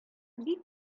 бик